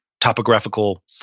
topographical